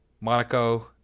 Monaco